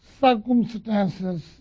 circumstances